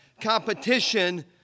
competition